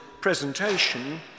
presentation